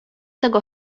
tego